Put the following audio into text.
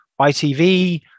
ITV